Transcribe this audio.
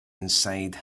inside